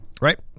Right